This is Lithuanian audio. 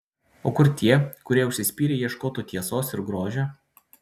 o kur tie kurie užsispyrę ieškotų tiesos ir grožio